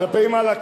כלפי מעלה,